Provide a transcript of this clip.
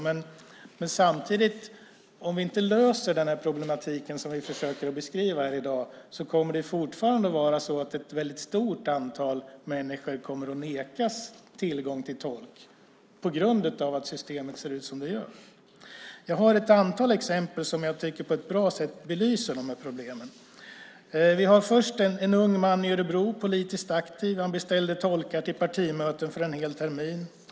Men om vi inte löser den problematik som vi försöker beskriva här i dag kommer det samtidigt fortfarande att finnas ett stort antal människor som kommer att nekas tillgång till tolk på grund av att systemet ser ut som det gör. Jag har ett antal exempel som jag tycker belyser problemen på ett bra sätt. Det första är en ung man i Örebro som är politiskt aktiv. Han beställde tolkar till partimöten för en hel termin.